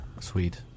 Sweet